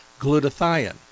glutathione